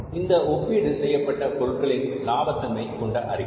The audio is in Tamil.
இது ஒப்பீடு செய்யப்பட்ட பொருட்களின் லாப தன்மை கொண்ட அறிக்கை